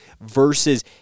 versus